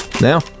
Now